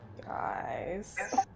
Guys